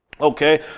Okay